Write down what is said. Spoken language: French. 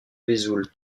vesoul